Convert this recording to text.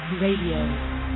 Radio